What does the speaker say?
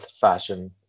fashion